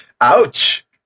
Ouch